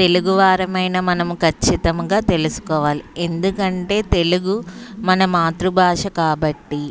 తెలుగువారమైన మనము ఖచ్చితముగా తెలుసుకోవాలి ఎందుకంటే తెలుగు మన మాతృభాష కాబట్టి